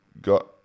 got